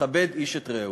לכבד איש את רעהו.